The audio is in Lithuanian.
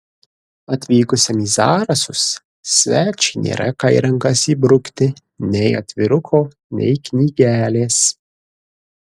atvykusiam į zarasus svečiui nėra ką į rankas įbrukti nei atviruko nei knygelės